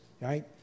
right